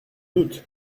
doute